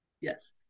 Yes